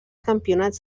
campionats